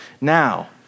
Now